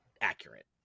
accurate